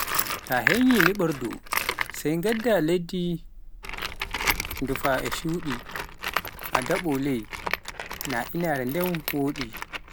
ta heyni nyiɓordu, sai ngadda leydi ndufa e shuɗi a daɓo ley, naa inaare nden wodi.